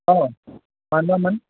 औ मानोमोन